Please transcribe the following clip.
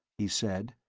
he said,